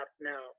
now